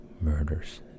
murders